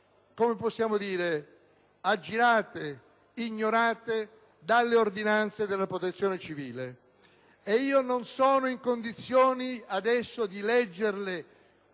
che possono essere ignorate dalle ordinanze della Protezione civile. Non sono in condizioni adesso di leggere